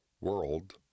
World